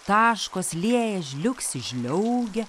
taškos lieja žliugsi žliaugia